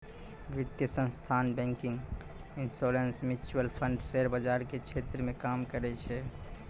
वित्तीय संस्थान banking insurance mutual fund share बाजार के क्षेत्र मे काम करै छै